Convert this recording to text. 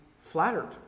flattered